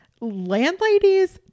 Landladies